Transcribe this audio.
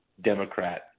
democrat